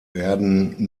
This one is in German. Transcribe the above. werden